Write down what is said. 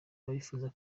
abifuza